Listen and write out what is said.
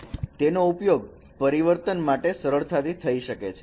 તેનો ઉપયોગ પરિવર્તન માટે સરળતાથી થઈ શકે છે